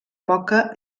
poca